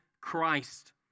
Christ